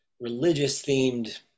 religious-themed